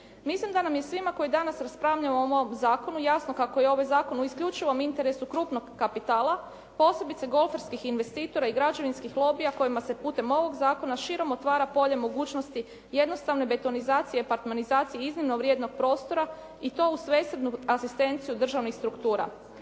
Mislim da nam je svima koji danas raspravljamo o ovom zakonu jasno kako je ovaj zakon u isključivom interesu krupnog kapitala, posebice golferskih investitora i građevinskih lobija kojima se putem ovog zakona širom otvara polje mogućnosti jednostavne betonizacije i apartmanizacije iznimno vrijednog prostora i to uz svesrdnu asistenciju državnih struktura.